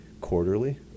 quarterly